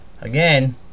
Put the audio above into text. again